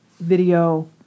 video